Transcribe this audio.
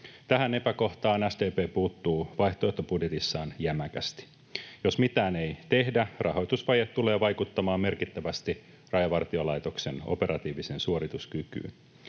Tähän epäkohtaan SDP puuttuu vaihtoehtobudjetissaan jämäkästi. Jos mitään ei tehdä, rahoitusvaje tulee vaikuttamaan merkittävästi Rajavartiolaitoksen operatiiviseen suorituskykyyn.